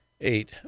eight